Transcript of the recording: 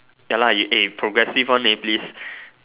ya lah you eh progressive one leh please